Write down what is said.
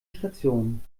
stationen